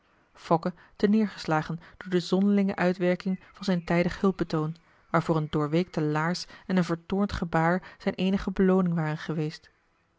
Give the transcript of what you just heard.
terneergeslagen door de zonderlinge uitwerking van zijn tijdig hulpbetoon waarvoor een doorweekte laars en een vertoornd gebaar zijn eenige belooning waren geweest